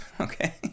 okay